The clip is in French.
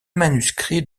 manuscrits